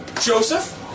Joseph